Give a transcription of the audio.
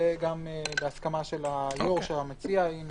זה בהסכמה של היושב-ראש, של המציע, עם